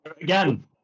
again